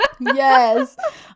Yes